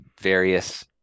various